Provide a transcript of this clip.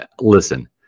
Listen